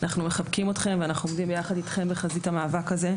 אנחנו מחבקים אתכם ואנחנו עומדים יחד אתכם בחזית המאבק הזה.